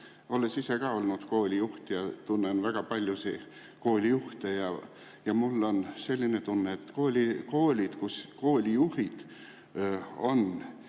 Olles ise olnud koolijuht ja tunnen väga paljusid koolijuhte, siis mul on selline tunne, et koolides, kus koolijuhid on